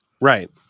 Right